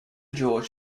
george